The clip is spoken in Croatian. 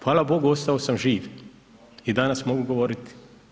Hvala bogu ostao sam živ i danas mogu govoriti.